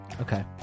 Okay